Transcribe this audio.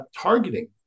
targeting